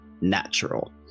natural